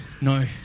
no